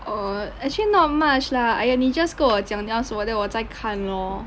err actually not much lah !aiya! 你 just 跟我讲你要什么 then 我再看 lor